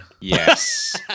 yes